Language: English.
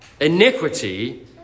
iniquity